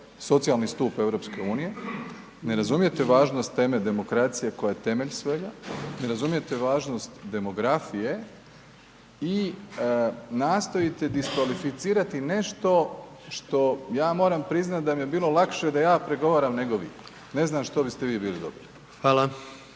socijalni stup EU, ne razumijete važnost teme demokracije koja je temelj svega, ne razumijete važnost demografije i nastojite diskvalificirati nešto što ja moram priznat da mi je bilo lakše da ja pregovaram nego vi, ne znam što biste vi bili dobili.